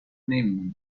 نمیمونه